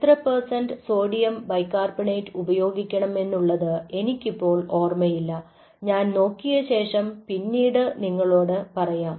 എത്ര percent sodium bicarbonate ഉപയോഗിക്കണം എന്നുള്ളത് എനിക്കിപ്പോൾ ഓർമ്മയില്ല ഞാൻ നോക്കിയശേഷം പിന്നീട് നിങ്ങളോട് പറയാം